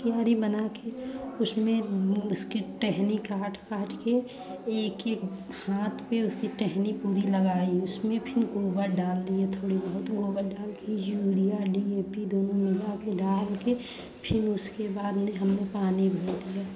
क्यारी बना कर उसमें उसकी टहनी काट काट कर एक एक हाथ पर उसकी टहनी पूरी लगाई उसमें फिर गोबर डाल दिए थोड़ी बहुत गोबर डाल कर यूरिया डी ए पी दोनों मिला कर डाल कर फिर उसके बाद में हमने पानी भर दिया